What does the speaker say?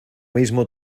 mismo